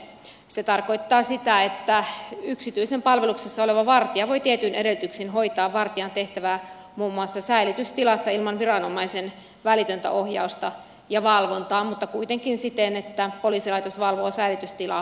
se tarkoittaa sitä että yksityisen palveluksessa oleva vartija voi tietyin edellytyksin hoitaa vartijan tehtävää muun muassa säilytystilassa ilman viranomaisen välitöntä ohjausta ja valvontaa mutta kuitenkin siten että poliisilaitos valvoo säilytystilaa etävalvonnalla